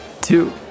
two